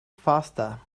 faster